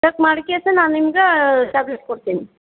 check ಮಾಡಿಕ್ಯಸ ನಾ ನಿಮ್ಗೆ ಟ್ಯಾಬ್ಲೆಟ್ ಕೊಡ್ತೀನಿ